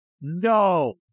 No